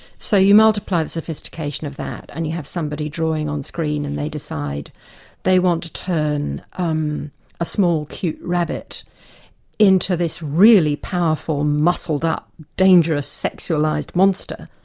so you multiply the sophistication of that, and you have somebody drawing on screen and they decide they want to turn um a small, cute rabbit into this really powerful, muscled-up dangerous sexualised monster,